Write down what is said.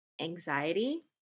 anxiety